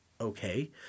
okay